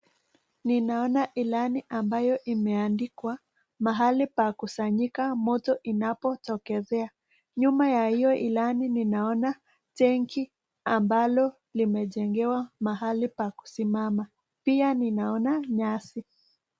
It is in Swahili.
Ninaona ilani ambayo imeandikwa mahali pa kusanyika moto inapotokezea. Nyuma ya hiyo ilani ninaona tenki ambalo limejengewa mahali pa kusimama. Pia ninaona nyasi.